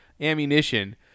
ammunition